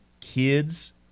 kids